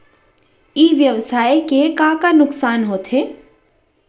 ई व्यवसाय के का का नुक़सान होथे?